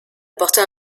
porter